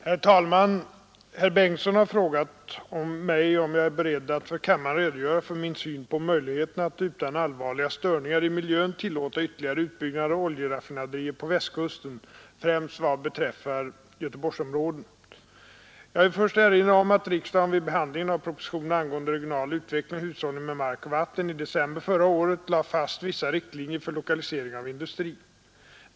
Herr talman! Herr Bengtsson i Göteborg har frågat mig om jag är beredd att för kammaren redogöra för min syn på möjligheterna att utan allvarliga störningar i miljön tillåta ytterligare utbyggnad av oljeraffinaderier på Västkusten, främst vad beträffar Göteborgsområdet. Jag vill först erinra om att riksdagen vid behandlingen av propositionen angående regional utveckling och hushållning med mark och vatten i december förra året lade fast vissa riktlinjer för lokalisering av industri.